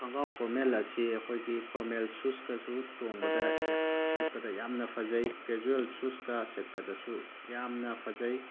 ꯈꯣꯡꯒ꯭ꯔꯥꯎ ꯐꯣꯔꯃꯦꯜ ꯑꯁꯤ ꯑꯩꯈꯣꯏꯒꯤ ꯐꯣꯔꯃꯦꯜ ꯁꯨꯁꯀꯁꯨ ꯇꯣꯡꯕꯗ ꯁꯦꯠꯄꯗ ꯌꯥꯝꯅ ꯐꯖꯩ ꯀꯦꯖꯨꯋꯦꯜ ꯁꯨꯁꯀ ꯁꯦꯠꯄꯗꯁꯨ ꯌꯥꯝꯅ ꯐꯖꯩ